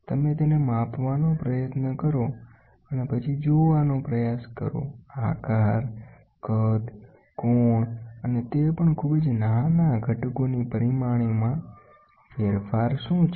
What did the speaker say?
તમે તેને માપવાનો પ્રયત્ન કરો અને પછી જોવાનો પ્રયાસ કરોઆકાર કદ કોણ અને તે પણ ખૂબ જ નાના ઘટકોની પરિમાણોમા ફેરફાર શું છે